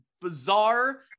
bizarre